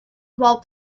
while